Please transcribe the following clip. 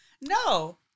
No